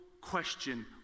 question